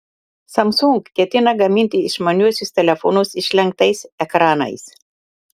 samsung ketina gaminti išmaniuosius telefonus išlenktais ekranais